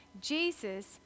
Jesus